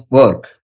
work